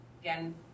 Again